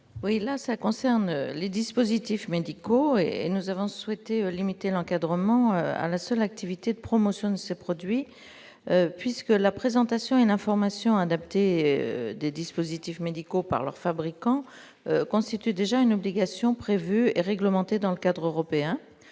Oui, là, ça concerne les dispositifs médicaux et nous avons souhaité limiter l'encadrement à la seule activité de promotion de ses produits, puisque la présentation une information adaptée des dispositifs médicaux par leur fabricant constitue déjà une obligation prévue réglementé dans le cadre européen